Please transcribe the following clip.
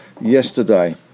yesterday